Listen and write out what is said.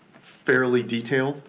fairly detailed,